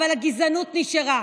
תודה רבה.